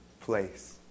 place